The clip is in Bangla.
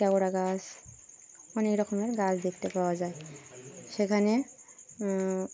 কেওড়া গাছ অনেক রকমের গাছ দেখতে পাওয়া যায় সেখানে